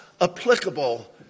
applicable